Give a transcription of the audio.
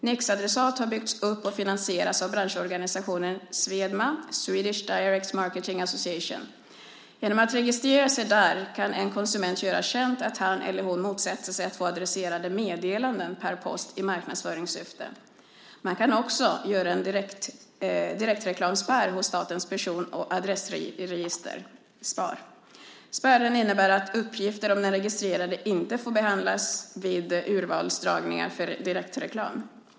Nixadressat har byggts upp och finansieras av branschorganisationen Swedma, Swedish Direct Marketing Association. Genom att registrera sig där kan en konsument göra känt att han eller hon motsätter sig att få adresserade meddelanden per post i marknadsföringssyfte. Man kan också göra en direktreklamspärr hos Statens person och adressregister, SPAR. Spärren innebär att uppgifter om den registrerade inte får behandlas vid urvalsdragningar för direktreklam.